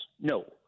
No